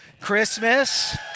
Christmas